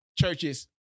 churches